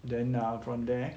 then ah from there